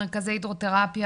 מרכזי הידרותרפיה,